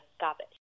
garbage